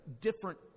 different